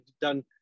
done